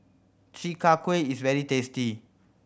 Chi Kak Kuih is very tasty